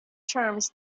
terms